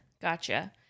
Gotcha